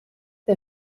the